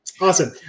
Awesome